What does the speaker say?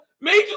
Major